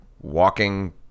walking